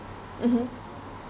mmhmm